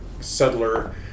settler